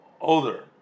older